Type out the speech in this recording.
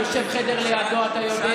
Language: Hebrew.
יועץ משפטי לממשלה יושב חדר לידו, אתה יודע.